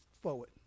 forward